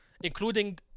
including